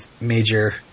Major